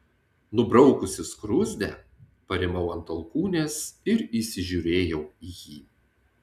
nubraukusi skruzdę parimau ant alkūnės ir įsižiūrėjau į jį